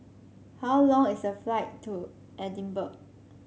how long is the flight to Edinburgh